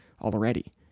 already